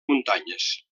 muntanyes